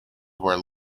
were